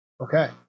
Okay